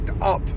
up